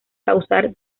causar